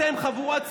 אתם חבורת צבועים,